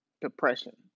depression